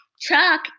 chuck